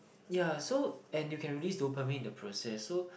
ya so and you can release dopamine in the process so